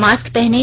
mask पहनें